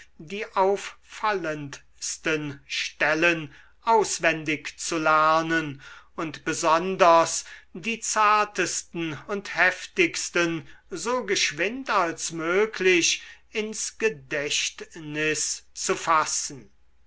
die auffallendsten stellen auswendig zu lernen und besonders die zartesten und heftigsten so geschwind als möglich ins gedächtnis zu fassen